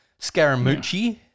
Scaramucci